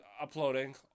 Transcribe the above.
uploading